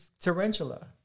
tarantula